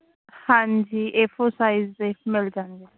ਹਾਂਜੀ A four size ਦੇ ਮਿਲ ਜਾਣਗੇ